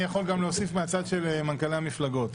אני יכול גם להוסיף מהצד של מנכ"לי המפלגות.